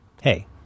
hey